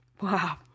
Wow